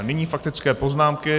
Nyní faktické poznámky.